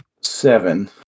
Seven